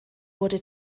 wurde